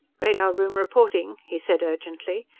radar room reporting, he said urgently.